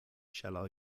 shall